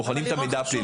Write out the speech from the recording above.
בוחנים את המידע הפלילי.